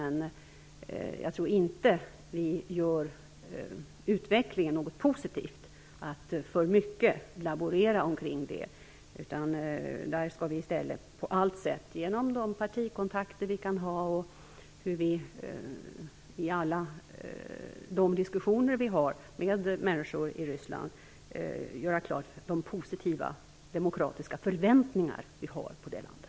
Jag tror inte att vi gör utvecklingen något positivt om vi laborerar för mycket omkring det. Vi skall i stället på alla sätt genom de partikontakter vi kan ha och i alla de diskussioner vi har med människor i Ryssland göra klart vilka positiva demokratiska förväntningar vi har på det landet.